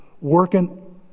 working